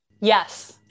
Yes